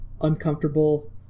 uncomfortable